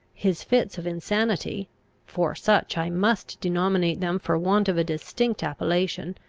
his fits of insanity for such i must denominate them for want of a distinct appellation,